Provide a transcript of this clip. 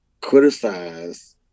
criticize